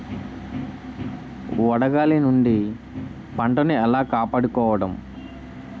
వడగాలి నుండి పంటను ఏలా కాపాడుకోవడం?